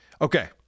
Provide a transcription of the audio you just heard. Okay